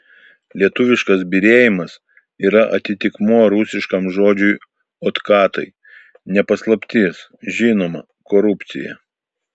lietuviškas byrėjimas yra atitikmuo rusiškam žodžiui otkatai ne paslaptis žinoma korupcija